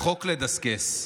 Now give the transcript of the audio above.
לדסקס איתו.